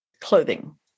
clothing